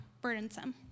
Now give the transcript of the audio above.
burdensome